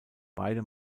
beide